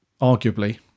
arguably